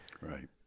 Right